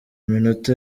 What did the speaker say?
minota